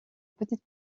petite